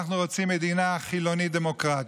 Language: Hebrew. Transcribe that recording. אנחנו רוצים מדינה חילונית דמוקרטית.